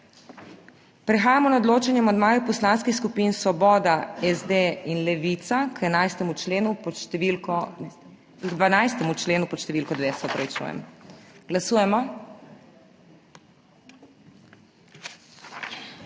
Prehajamo na odločanje o amandmaju Poslanskih skupin Svoboda, SD in Levica k 25. členu pod številko 2. Glasujemo.